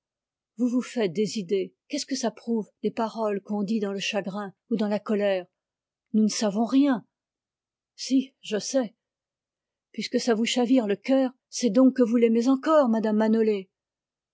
vous vous faites des idées qu'est-ce que ça prouve des paroles qu'on dit dans le chagrin ou dans la colère nous ne savons rien si je sais puisque ça vous chavire le cœur c'est donc que vous l'aimez encore mme manolé